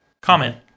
comment